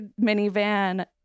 minivan